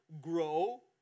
grow